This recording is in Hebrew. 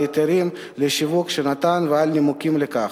על היתרים לשיווק שנתן ועל הנימוקים לכך.